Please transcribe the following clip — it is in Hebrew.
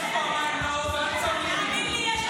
ואל תסמני לי.